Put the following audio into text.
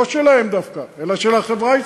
לא שלהם דווקא, אלא של החברה הישראלית.